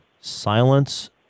silence